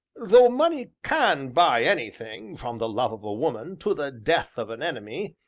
though money can buy anything, from the love of a woman to the death of an enemy,